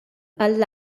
għall